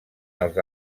als